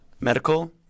Medical